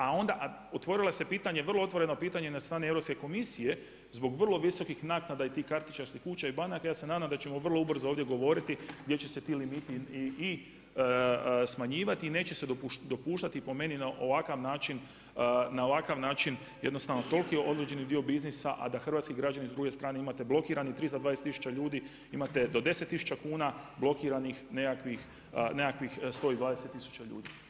A onda, a otvorilo se pitanje, vrlo otvoreno pitanje od strane Europske komisije zbog vrlo visokih naknada i tih kartičarskih kuća i banaka, ja se nadam da ćemo vrlo ubrzo ovdje govoriti gdje će se ti limiti i smanjivati i neće se dopuštati po meni na ovakav način jednostavno toliki određeni dio biznisa a da hrvatski građani s druge strane imate blokiranih 320 tisuća ljudi, imate do 10 tisuća kuna blokiranih nekakvih 120 tisuća ljudi.